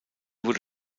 wurde